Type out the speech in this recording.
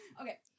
Okay